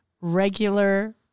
regular